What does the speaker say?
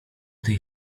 tej